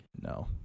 No